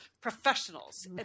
professionals